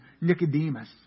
Nicodemus